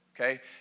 okay